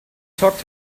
talk